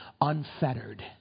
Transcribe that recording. unfettered